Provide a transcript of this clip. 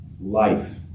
life